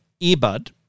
earbud